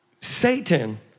Satan